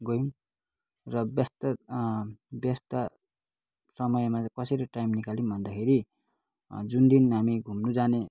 गयौँ र व्यस्त व्यस्त समयमा कसरी टाइम निकाल्यौँ भन्दाखेरि जुन दिन हामी घुम्नु जाने